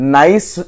nice